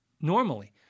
normally